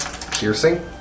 Piercing